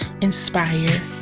inspire